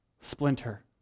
splinter